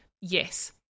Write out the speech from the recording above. Yes